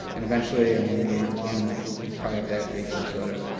and eventually, i mean, if it went long enough, you'd probably have to add baking soda,